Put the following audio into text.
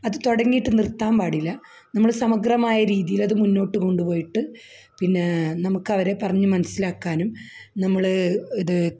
അത് തുടങ്ങിയിട്ട് നിർത്താൻ പാടില്ല നമ്മള് സമഗ്രമായ രീതീലത് മുന്നോട്ട് കൊണ്ടുപോയിട്ട് പിന്നേ നമുക്കവരെ പറഞ്ഞ് മനസ്സിലാക്കാനും നമ്മള് ഇത്